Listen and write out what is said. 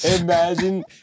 Imagine